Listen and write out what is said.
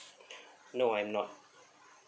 no I'm not